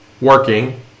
working